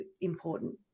important